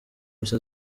messi